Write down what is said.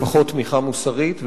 לפחות תמיכה מוסרית,